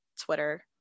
twitter